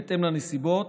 בהתאם לנסיבות,